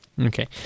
Okay